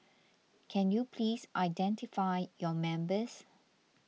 can you please identify your members